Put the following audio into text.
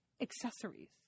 accessories